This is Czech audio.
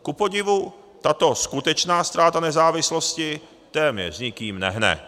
Kupodivu tato skutečná ztráta nezávislosti téměř nikým nehne.